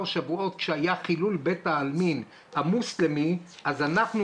שבועות כשהיה חילול בית העלמין המוסלמי אז אנחנו,